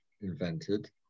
invented